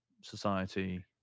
society